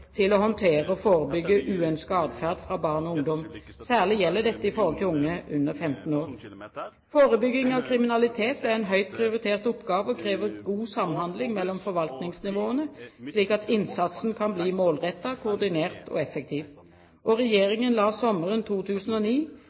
til å håndtere og forebygge uønsket atferd fra barn og ungdom. Særlig gjelder dette unge under 15 år. Forebygging av kriminalitet er en høyt prioritert oppgave og krever god samhandling mellom forvaltningsnivåene, slik at innsatsen kan bli målrettet, koordinert og effektiv. Regjeringen la sommeren 2009